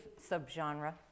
subgenre